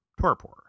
Torpor